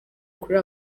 kuri